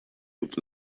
with